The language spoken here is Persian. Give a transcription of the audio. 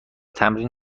تمرین